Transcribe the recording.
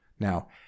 Now